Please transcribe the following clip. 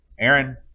Aaron